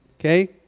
okay